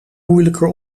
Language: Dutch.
moeilijker